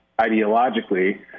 ideologically